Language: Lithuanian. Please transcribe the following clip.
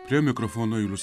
prie mikrofono julius